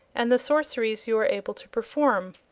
and the sorceries you are able to perform.